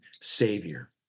savior